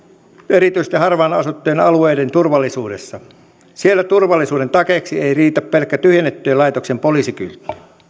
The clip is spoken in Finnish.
erityisesti harvaan asuttujen alueiden turvallisuudessa siellä turvallisuuden takeeksi ei riitä pelkkä tyhjennetyn laitoksen poliisikyltti